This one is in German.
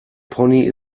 pony